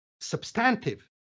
substantive